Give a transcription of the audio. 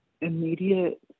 immediate